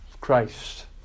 Christ